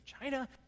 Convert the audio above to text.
China